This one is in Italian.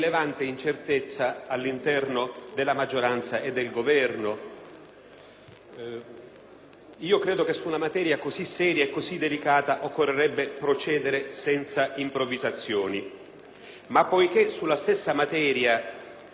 Ritengo che su una materia così seria e delicata occorrerebbe procedere senza improvvisazioni, ma poiché sulla stessa tematica il Governo è intervenuto con un nuovo emendamento